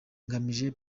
ngamije